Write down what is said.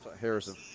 Harrison